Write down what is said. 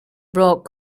brought